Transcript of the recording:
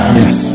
yes